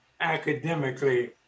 academically